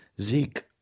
Zeke